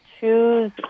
choose